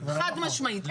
חד משמעית נכון.